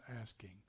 asking